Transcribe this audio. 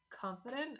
confident